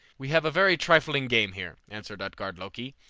we have a very trifling game here, answered utgard-loki,